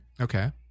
Okay